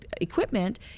equipment